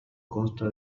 consta